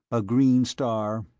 a green star,